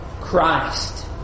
Christ